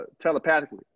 Telepathically